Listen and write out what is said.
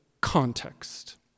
context